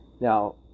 now